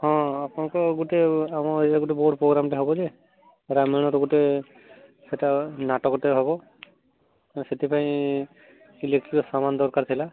ହଁ ଆପଣଙ୍କ ଗୋଟେ ଆମ ବଡ଼ ପ୍ରୋଗ୍ରାମ୍ଟେ ହେବ ଯେ ରାମାୟଣ ଗୋଟେ ସେଇଟା ନାଟକଟେ ହେବ ସେଥିପାଇଁ ଇଲେକ୍ଟ୍ରିକ୍ର ସାମାନ୍ ଦରକାର ଥିଲା